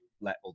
let